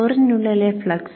കോറിനുള്ളിലെ flux